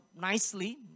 nicely